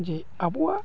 ᱡᱮ ᱟᱵᱚᱣᱟᱜ